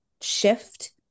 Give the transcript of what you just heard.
shift